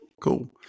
cool